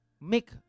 make